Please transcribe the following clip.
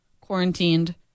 quarantined